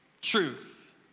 truth